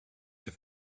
have